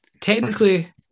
Technically